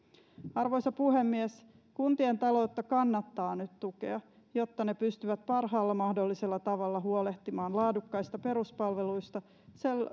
arvoisa puhemies kuntien taloutta kannattaa nyt tukea jotta ne pystyvät parhaalla mahdollisella tavalla huolehtimaan laadukkaista peruspalveluista